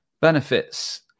benefits